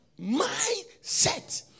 mindset